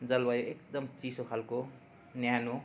जलवायु एकदम चिसो खाले न्यानो